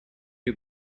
you